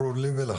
ברור, לי ולך.